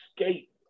escape